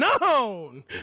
known